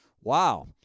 Wow